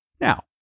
Now